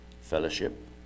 fellowship